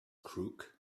crook